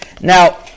Now